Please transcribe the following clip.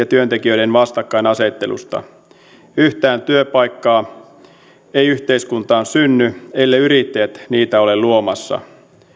työntekijöiden vastakkainasettelusta yhtään työpaikkaa ei yhteiskuntaan synny elleivät yrittäjät niitä ole luomassa